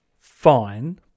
fine